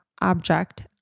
object